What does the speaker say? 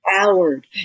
Howard